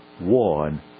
one